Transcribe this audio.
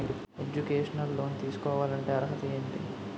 Educational loan తీసుకోవాలంటే అర్హత ఏంటి?